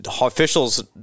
officials